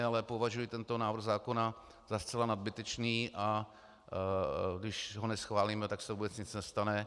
Ale považuji tento návrh zákona za zcela nadbytečný, a když ho neschválíme, tak se vůbec nic nestane.